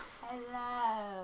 Hello